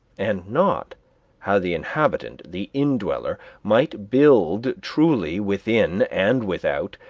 and not how the inhabitant, the indweller, might build truly within and without,